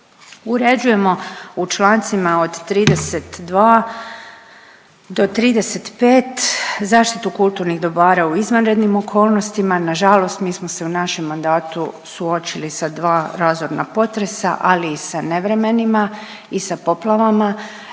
Uređujemo u čl. od 32 do 35 zaštitu kulturnih dobara u izvanrednim okolnostima, nažalost mi smo se u našem mandatu suočili sa dva razorna potresa, ali i sa nevremenima i sa poplavama